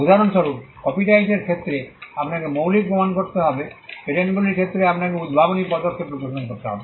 উদাহরণস্বরূপ কপিরাইটের ক্ষেত্রে আপনাকে মৌলিকত্ব প্রমাণ করতে হবে পেটেন্টগুলির ক্ষেত্রে আপনাকে উদ্ভাবনী পদক্ষেপ প্রদর্শন করতে হবে